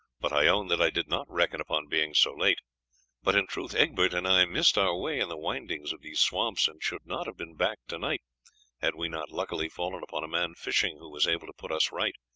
but i own that i did not reckon upon being so late but in truth egbert and i missed our way in the windings of these swamps, and should not have been back to-night had we not luckily fallen upon a man fishing, who was able to put us right.